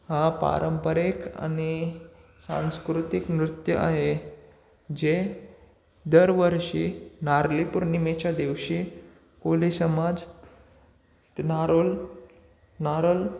हा पारंपरिक आणि सांस्कृतिक नृत्य आहे जे दरवर्षी नारळी पौर्णिमेच्या दिवशी कोळी समाज नारोल नारळ